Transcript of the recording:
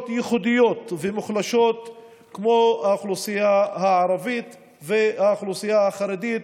ייחודיות ומוחלשות כמו האוכלוסייה הערבית והאוכלוסייה החרדית,